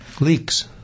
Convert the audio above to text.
Leaks